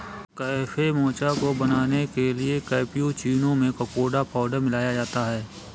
cafe mocha को बनाने के लिए कैप्युचीनो में कोकोडा पाउडर मिलाया जाता है